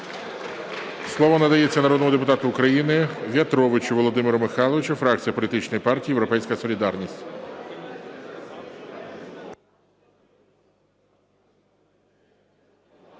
Слово надається народному депутату України В’ятровичу Володимиру Михайловичу, фракція політичної партії "Європейська солідарність".